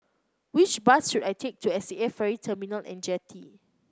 which bus should I take to S A Ferry Terminal and Jetty